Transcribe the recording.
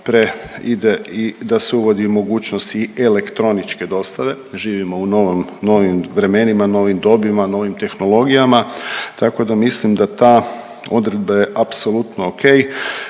pre ide i da se uvodi mogućnosti i elektroničke dostave, živimo u novom, novim vremenima, novim dobima, novim tehnologijama, tako da mislim da ta odredbe apsolutno okej.